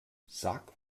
sag